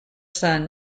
son